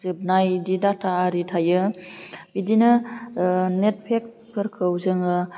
जोबनाय बिदि दाटा आरि थायो बिदिनो नेट फेक फोरखौ जोङो